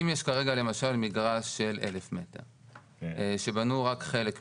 אם יש כרגע למשל מגרש של 1,000 מטר שבנו רק חלק מתוכו,